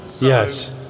Yes